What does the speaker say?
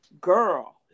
girl